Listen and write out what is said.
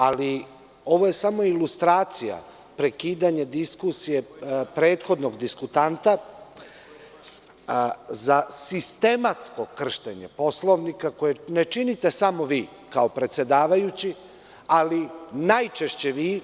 Ali, ovo je samo ilustracija prekidanja diskusije prethodnog diskutanta za sistematsko kršenje Poslovnika koje ne činite samo vi kao predsedavajući, ali najčešće vi.